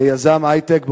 יזם היי-טק,